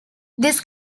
this